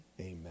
amen